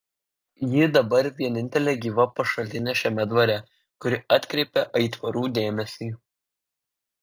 ji dabar vienintelė gyva pašalinė šiame dvare kuri atkreipė aitvarų dėmesį